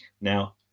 now